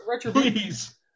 please